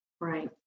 Right